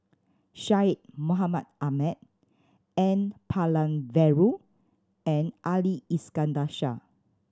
Syed Mohamed Ahmed N Palanivelu and Ali Iskandar Shah